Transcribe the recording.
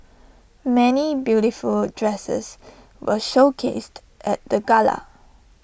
many beautiful dresses were showcased at the gala